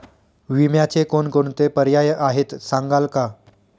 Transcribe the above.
विम्याचे कोणकोणते पर्याय आहेत सांगाल का?